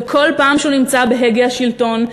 וכל פעם שהוא נמצא בהגה השלטון,